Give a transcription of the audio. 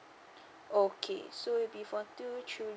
okay so it will be for two children